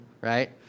right